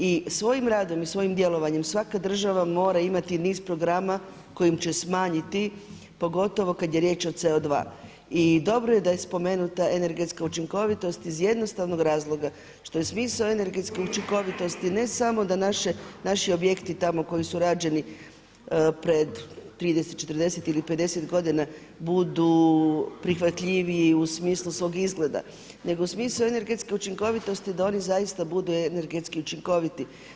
I svojim radom i svojim djelovanjem svaka država mora imati niz programa kojim će smanjiti pogotovo kada je riječ o CO2 i dobro je da je spomenuta energetska učinkovitost iz jednostavnog razloga što je smisao energetske učinkovitosti ne samo da naši objekti tamo koji su rađeni pred 30, 40 ili 50 godina budu prihvatljiviji u smislu svog izgleda nego smisao energetske učinkovitosti da oni zaista budu energetsku učinkoviti.